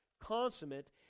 consummate